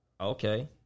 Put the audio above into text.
Okay